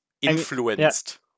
Influenced